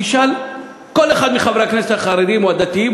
תשאל כל אחד מחברי הכנסת החרדים או הדתיים,